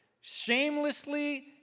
shamelessly